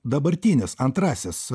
dabartinis antrasis